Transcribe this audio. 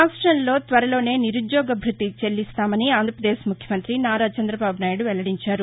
రాష్టంలో త్వరలోనే నిరుద్యోగ భృతి చెల్లిస్తామని ఆంధ్రప్రదేశ్ ముఖ్యమంత్రి నారా చంద్రబాబు నాయుడు వెల్లడించారు